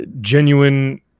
genuine